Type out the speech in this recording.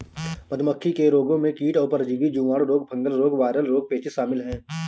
मधुमक्खी के रोगों में कीट और परजीवी, जीवाणु रोग, फंगल रोग, वायरल रोग, पेचिश शामिल है